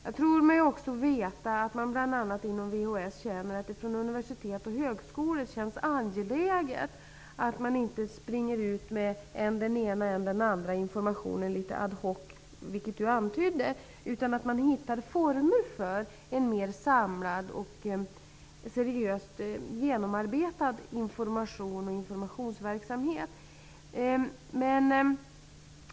Jag tror mig också veta att man bl.a. inom VHS känner att universitet och högskolor finner det angeläget att inte springa ut med än den ena än den andra informationen litet ad hoc, vilket Eva Johansson antydde. Man försöker i stället hitta former för en mer samlad och seriöst genomarbetad information.